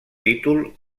títol